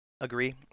agree